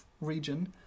region